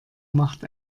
macht